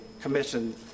commission